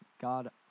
God